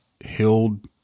held